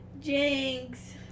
Jinx